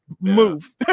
Move